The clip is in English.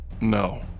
no